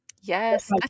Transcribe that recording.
Yes